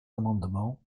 amendements